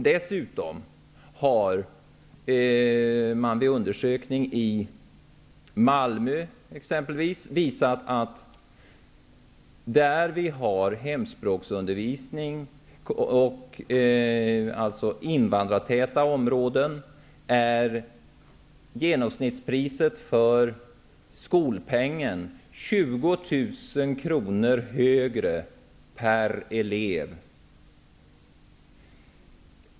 Dessutom har undersökningar, i Malmö exempelvis, visat att där det anordnas hemspråksundervisning, alltså i invandrartäta områden, är genomsnittet för skolpengen 20 000 kr högre per elev.